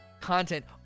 content